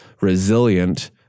resilient